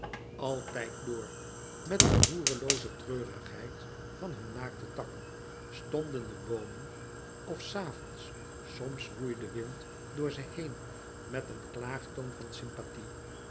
altijd door met de roerelooze louis couperus metamorfoze treurigheid van hun naakte takken stonden de boomen of s avonds soms woei de wind door ze heen met een klaagtoon van sympathie